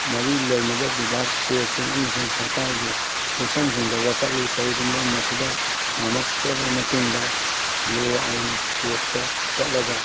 ꯃꯔꯤ ꯂꯩꯅꯕ ꯕꯤꯚꯥꯛ ꯀꯣꯔꯠꯁꯤꯡ ꯁꯔꯀꯥꯔꯒꯤ ꯂꯣꯏꯁꯪꯁꯤꯡꯗ ꯋꯥꯀꯠꯂꯤ ꯀꯔꯤꯒꯨꯝꯕ ꯃꯁꯤꯗ ꯉꯝꯃꯛꯇ꯭ꯔꯕ ꯃꯇꯨꯡꯗ ꯂꯣ ꯑꯥꯏꯟ ꯀꯣꯔꯠꯇ ꯆꯠꯂꯒ